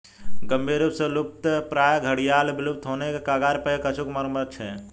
गंभीर रूप से लुप्तप्राय घड़ियाल विलुप्त होने के कगार पर एक अचूक मगरमच्छ है